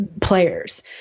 players